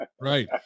Right